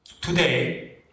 Today